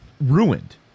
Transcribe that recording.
Ruined